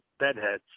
bedheads